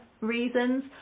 reasons